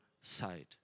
side